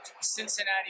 Cincinnati